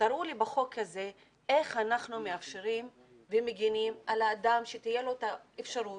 תראו לי בחוק כזה איך אנחנו מאפשרים ומגנים על האדם שתהיה לו האפשרות